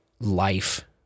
life